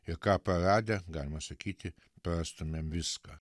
ir ką praradę galima sakyti prarastumėm viską